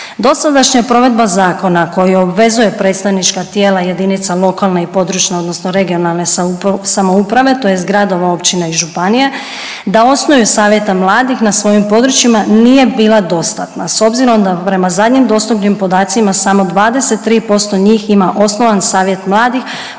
Dosadašnja provedba zakona koji obvezuje predstavnička tijela jedinice lokalne i područne (regionalne) samouprave tj. gradova, općine i županija, da osnuju savjete mladih na svojim područjima, nije bila dostatna, s obzirom da prema zadnje dostupnim podacima samo 23% njih ima osnovan savjet mladih